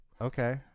Okay